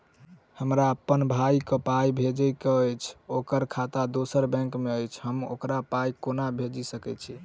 हमरा अप्पन भाई कऽ पाई भेजि कऽ अछि, ओकर खाता दोसर बैंक मे अछि, हम ओकरा पाई कोना भेजि सकय छी?